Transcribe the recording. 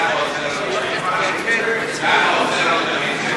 ככה עושה,